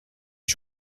les